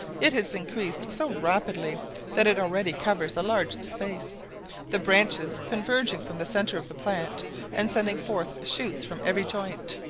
it has increased so rapidly that it already covers a large space the branches converging from the centre of the plant and sending forth shoots from every joint.